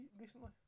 recently